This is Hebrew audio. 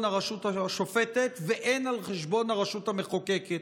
הרשות השופטת והן על חשבון הרשות המחוקקת.